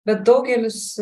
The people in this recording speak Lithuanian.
bet daugelis